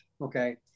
Okay